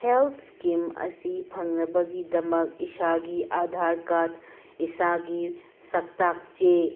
health scheme ꯑꯁꯤ ꯐꯪꯅꯕꯒꯤꯗꯃꯛ ꯏꯁꯥꯒꯤ ꯑꯥꯗꯥꯔ ꯀꯥꯔꯗ ꯏꯁꯥꯒꯤ ꯁꯛꯇꯥꯛ ꯆꯦ